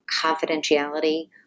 confidentiality